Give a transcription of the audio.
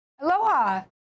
Aloha